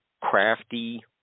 crafty